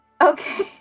Okay